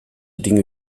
dinge